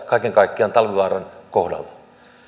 kaiken kaikkiaan tuhannesta työpaikasta talvivaaran kohdalla